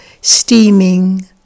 steaming